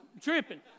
tripping